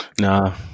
Nah